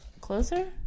closer